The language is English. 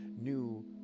new